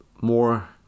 more